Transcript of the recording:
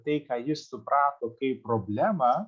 tai ką jis suprato kaip problemą